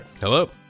hello